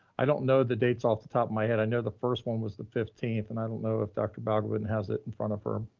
i don't know the dates off the top of my head. i know the first one was the fifteenth and i don't know if dr. balgobin has it in front of her,